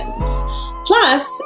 Plus